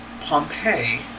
Pompeii